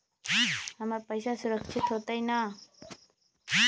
हमर पईसा सुरक्षित होतई न?